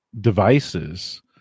devices